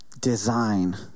design